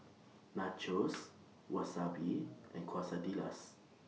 Nachos Wasabi and Quesadillas